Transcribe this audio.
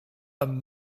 and